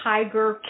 Tiger